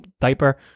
diaper